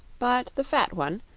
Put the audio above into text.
but the fat one,